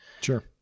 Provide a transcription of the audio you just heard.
Sure